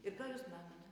ir ką jūs manot